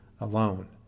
alone